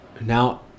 Now